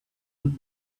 but